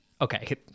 okay